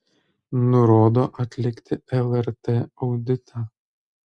nurodo atlikti lrt auditą